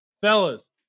Fellas